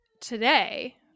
today